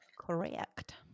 Correct